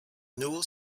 newell